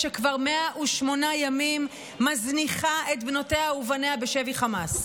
שכבר 108 ימים מזניחה את בנותיה ובניה בשבי חמאס.